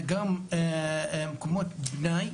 גם מקומות פנאי,